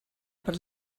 per